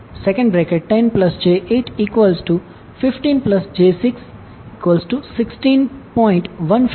ZY5 j210j815j616